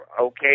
okay